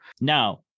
Now